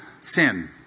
sin